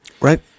right